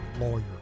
lawyer